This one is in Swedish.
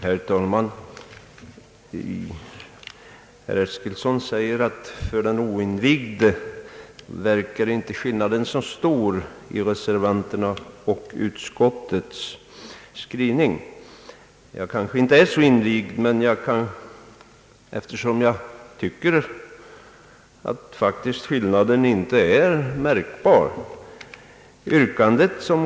Herr talman! Herr Eskilsson säger att för den oinvigde verkar inte skillnaden så stor mellan reservanternas och majoritetens skrivning. Jag kanske inte är så invigd, eftersom jag tycker att skillnaden faktiskt inte är särskilt märkbar.